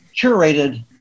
curated